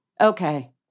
Okay